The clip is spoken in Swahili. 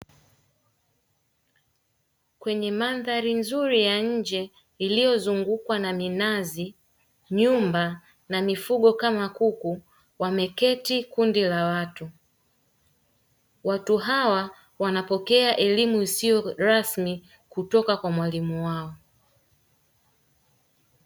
Kwenye mandhari nzuri ya nje iliyozungukwa na minazi, nyumba na mifugo kama kuku; wameketi kundi la watu. Watu hawa wanapokea elimu isio rasmi kutoka kwa mwalimu wao.